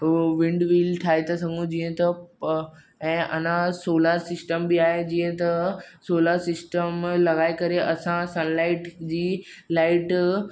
उहो wind wheel ठाहे था सघूं जीअं त प ऐं अञा सोलार सिस्टम बि आहे जीअं त सोलार सिस्टम लॻाए करे असां सनलाइट जी लाइट